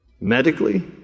Medically